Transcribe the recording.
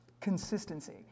Consistency